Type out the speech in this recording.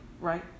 Right